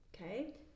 okay